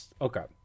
Okay